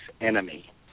enemy